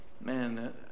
man